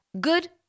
good